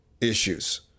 issues